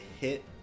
hit